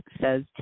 says